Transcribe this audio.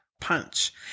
punch